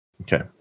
Okay